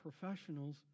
professionals